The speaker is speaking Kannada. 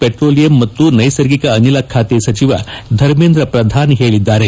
ಪೆಟ್ರೋಲಿಯಂ ಮತ್ತು ನೈಸರ್ಗಿಕ ಅನಿಲ ಖಾತೆ ಸಚಿವ ಧರ್ಮೇಂದ್ರ ಪ್ರಧಾನ್ ಹೇಳದ್ದಾರೆ